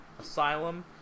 Asylum